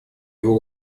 его